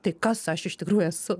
tai kas aš iš tikrųjų esu